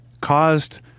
caused